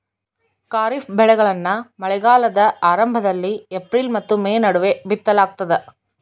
ಖಾರಿಫ್ ಬೆಳೆಗಳನ್ನ ಮಳೆಗಾಲದ ಆರಂಭದಲ್ಲಿ ಏಪ್ರಿಲ್ ಮತ್ತು ಮೇ ನಡುವೆ ಬಿತ್ತಲಾಗ್ತದ